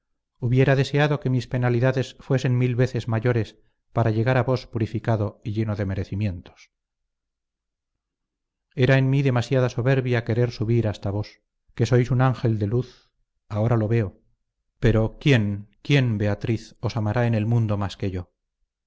hubiera deseado que mis penalidades fuesen mil veces mayores para llegar a vos purificado y lleno de merecimientos era en mí demasiada soberbia querer subir hasta vos que sois un ángel de luz ahora lo veo pero quién quién beatriz os amará en el mundo más que yo